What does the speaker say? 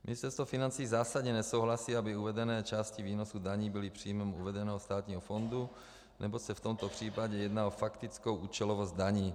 Ministerstvo financí zásadně nesouhlasí, aby uvedené části výnosu daní byly příjmem uvedeného státního fondu, neboť se v tomto případě jedná o faktickou účelovost daní.